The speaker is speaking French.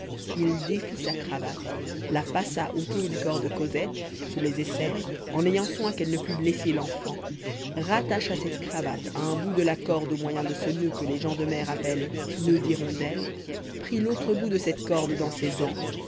il défit sa cravate la passa autour du corps de cosette sous les aisselles en ayant soin qu'elle ne pût blesser l'enfant rattacha cette cravate à un bout de la corde au moyen de ce noeud que les gens de mer appellent noeud d'hirondelle prit l'autre bout de cette corde dans ses dents